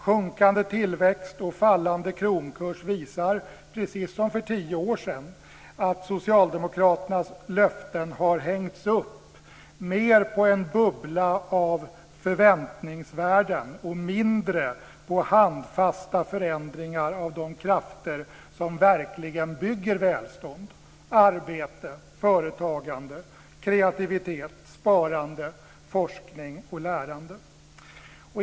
Sjunkande tillväxt och fallande kronkurs visar, precis som för tio år sedan, att socialdemokraternas löften har hängts upp mer på en bubbla av förväntningsvärden och mindre på handfasta förändringar av de krafter som verkligen bygger välstånd: arbete, företagande, kreativitet, sparande, forskning och lärande.